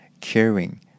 caring